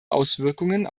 auswirkungen